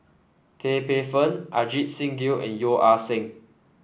Tan Paey Fern Ajit Singh Gill and Yeo Ah Seng